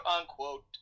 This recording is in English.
unquote